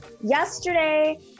yesterday